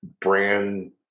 brand